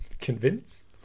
convince